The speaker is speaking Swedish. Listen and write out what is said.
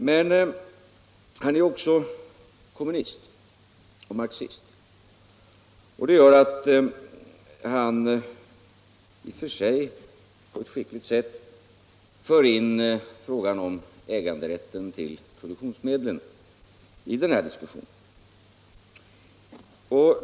Men herr Hermansson är också kommunist och marxist, och det gör att han — i och för sig på ett skickligt sätt — för in frågan om äganderätten till produktionsmedlen i den här diskussionen.